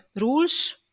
rules